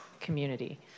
community